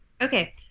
Okay